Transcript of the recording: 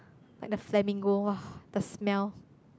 like the flamingo [wah] the smell